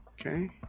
Okay